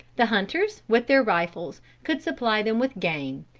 the hunters, with their rifles, could supply them with game,